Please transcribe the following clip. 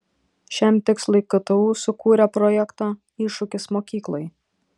šiam tikslui ktu sukūrė projektą iššūkis mokyklai